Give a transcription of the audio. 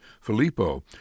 Filippo